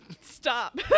Stop